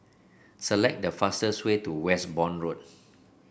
select the fastest way to Westbourne Road